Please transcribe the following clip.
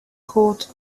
called